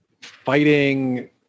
fighting